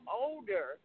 older